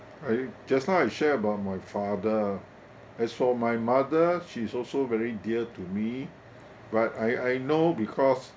I just now I share about my father as for my mother she's also very dear to me but I I know because